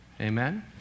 amen